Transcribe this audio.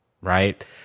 right